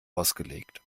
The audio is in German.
ausgelegt